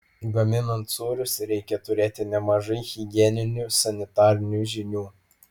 gaminant sūrius reikia turėti nemažai higieninių sanitarinių žinių